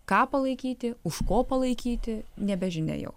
ką palaikyti už ko palaikyti nebežinia jau